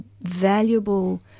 valuable